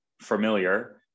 familiar